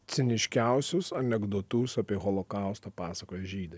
ciniškiausius anekdotus apie holokaustą pasakojo žydai